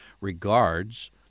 regards